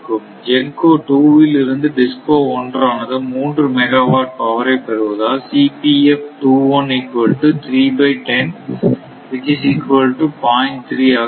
GENCO 2 இல் இருந்து DISCO 1 ஆனது மூன்று மெகாவாட் பவரை பெறுவதால் ஆக இருக்கும்